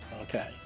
Okay